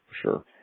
sure